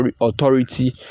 authority